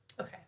Okay